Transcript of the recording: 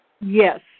Yes